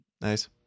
Nice